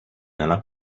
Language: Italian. nella